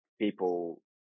people